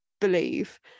believe